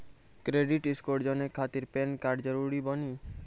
Credit score जाने के खातिर पैन कार्ड जरूरी बानी?